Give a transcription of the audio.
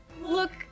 look